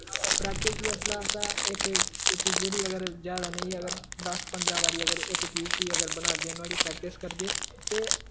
practice जिसलै असें इक चीज़ै दी अगर ज्यादा नेईं अगर दस पंदरां बारी अगर इक चीज गी अगर बनाह्गे प्रैक्टिस करगे ते